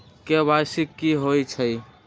KYC कि होई छई?